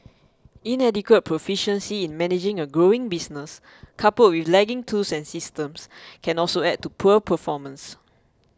inadequate proficiency in managing a growing business coupled with lagging tools and systems can also add to poor performance